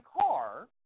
car